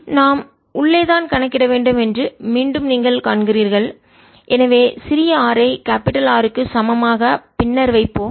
ItI0αt நாம் உள்ளே தான் கணக்கிட வேண்டும் என்று மீண்டும் நீங்கள் காண்கிறீர்கள் எனவே சிறிய r ஐ கேபிடல் R க்கு சமமாக பின்னர் வைப்போம்